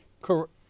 Correct